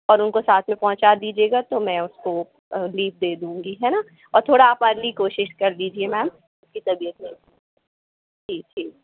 और उनको साथ में पहुंचा दीजिएगा तो मैं उसको अ लीव दे दूंगी है ना और थोड़ा आप अर्ली कोशिश कर दीजिए मैम उसकी तबियत ठीक ठीक